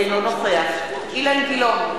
אינו נוכח אילן גילאון,